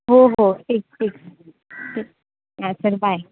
हो हो ठीक ठीक ठीक हा चल बाय